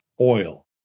oil